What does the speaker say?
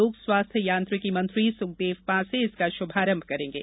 लोक स्वास्थ्य यात्रिकी मंत्री सुखदेव पांसे इसका शुभारंभ करेंगे